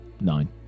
nine